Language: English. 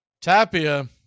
Tapia